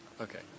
Okay